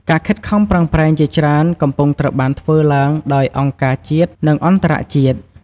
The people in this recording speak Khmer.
ការខិតខំប្រឹងប្រែងជាច្រើនកំពុងត្រូវបានធ្វើឡើងដោយអង្គការជាតិ និងអន្តរជាតិ។